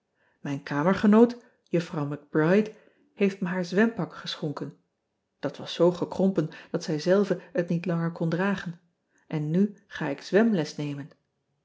ijn kamergenoot uffrouw c ride heeft me haar zwempak geschonken dat was zoo gekrompen dat zij zelve het niet langer kon dragen en nu ga ik zwemles nemen